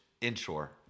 inshore